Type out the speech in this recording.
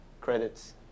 credits